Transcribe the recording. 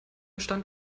stand